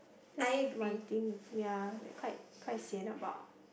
that's one thing ya quite quite sian about